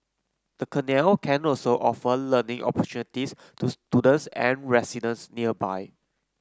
the canal can also offer learning opportunities to students and residents nearby